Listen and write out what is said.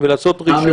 ולעשות רישום.